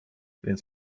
więc